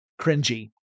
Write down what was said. cringy